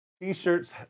T-shirts